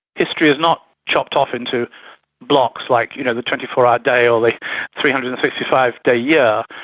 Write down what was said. history is not chopped off into blocks like you know the twenty four hours day or the three hundred and sixty five day yeah